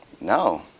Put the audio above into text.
no